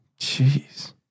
Jeez